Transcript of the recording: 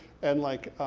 and like,